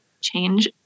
change